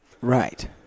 Right